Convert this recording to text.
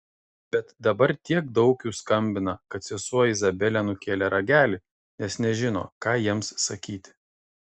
bet dabar tiek daug jų skambina kad sesuo izabelė nukėlė ragelį nes nežino ką jiems sakyti